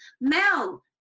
Mel